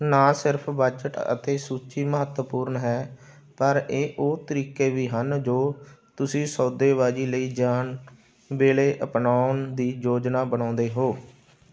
ਨਾ ਸਿਰਫ਼ ਬਜਟ ਅਤੇ ਸੂਚੀ ਮਹੱਤਵਪੂਰਨ ਹੈ ਪਰ ਇਹ ਉਹ ਤਰੀਕੇ ਵੀ ਹਨ ਜੋ ਤੁਸੀਂ ਸੌਦੇਬਾਜ਼ੀ ਲਈ ਜਾਣ ਵੇਲੇ ਅਪਣਾਉਣ ਦੀ ਯੋਜਨਾ ਬਣਾਉਂਦੇ ਹੋ